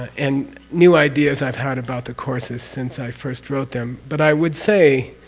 and new ideas i've had about the courses since i first wrote them, but i would say